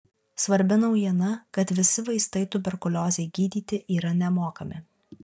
svarbi naujiena kad visi vaistai tuberkuliozei gydyti yra nemokami